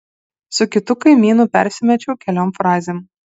su kitu kaimynu persimečiau keliom frazėm